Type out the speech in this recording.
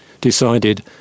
decided